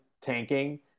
tanking